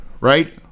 right